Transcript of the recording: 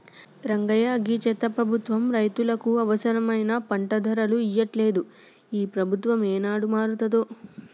రంగయ్య గీ చెత్త ప్రభుత్వం రైతులకు అవసరమైన పంట ధరలు ఇయ్యట్లలేదు, ఈ ప్రభుత్వం ఏనాడు మారతాదో